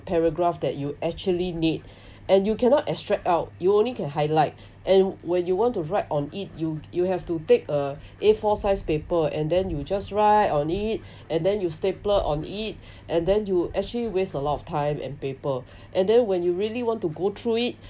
paragraph that you actually need and you cannot extract out you only can highlight and when you want to write on it you you have to take a a four sized paper and then you just write on it and then you stapler on it and then you actually waste a lot of time and paper and then when you really want to go through it